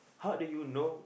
how do you know